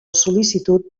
sol·licitud